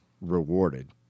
rewarded